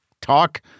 talk